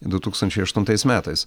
du tūkstančiai aštuntais metais